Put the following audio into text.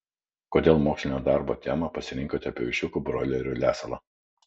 kodėl mokslinio darbo temą pasirinkote apie viščiukų broilerių lesalą